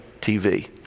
TV